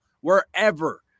wherever